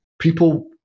people